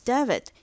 David